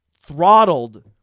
throttled